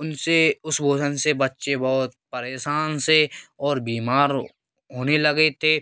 उनसे उस भोजन से बच्चे बहुत परेशान से और बीमार होने लगे थे